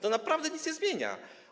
To naprawdę nic nie zmienia.